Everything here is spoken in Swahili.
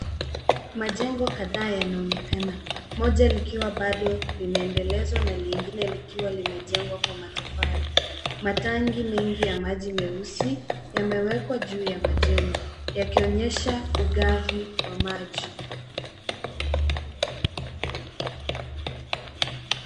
Majengo kadhaa yanaonekana, moja likiwa bado linaendelezwa na lingine likiwa limejengwa kwa matofali. Matanki mengi ya maji meusi yamewekwa juu ya majengo yakionyesha ugavi wa maji.